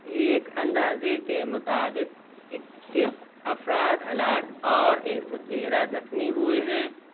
ایک اندازے کے مطابق اکیس افراد ہلاک اور ایک سو تیرہ زخمی ہوئے ہیں